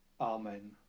Amen